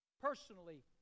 Personally